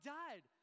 died